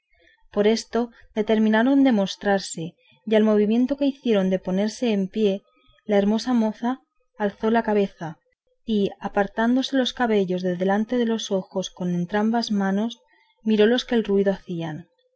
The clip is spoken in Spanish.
por esto determinaron de mostrarse y al movimiento que hicieron de ponerse en pie la hermosa moza alzó la cabeza y apartándose los cabellos de delante de los ojos con entrambas manos miró los que el ruido hacían